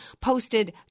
posted